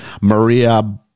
maria